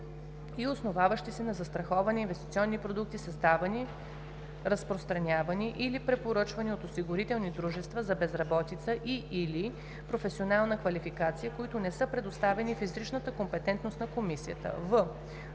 и основаващи се на застраховане инвестиционни продукти, създавани, разпространявани или препоръчвани от осигурителни дружества за безработица и/или професионална квалификация, които не са предоставени в изричната компетентност на комисията;“